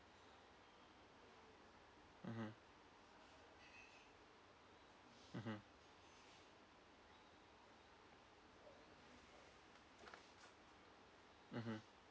mmhmm mmhmm mmhmm